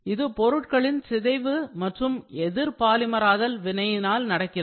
இது பொருட்களின் சிதைவு மற்றும் எதிர் பாலிமராதல் வினையினால் நடக்கிறது